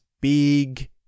big